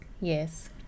yes